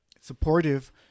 supportive